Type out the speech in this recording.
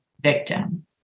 victim